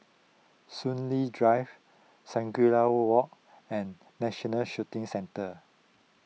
Soon Lee Drive Shangri La Walk and National Shooting Centre